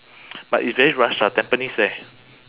but it's very rush ah tampines eh